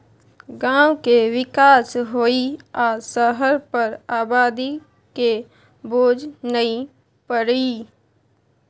गांव के विकास होइ आ शहर पर आबादी के बोझ नइ परइ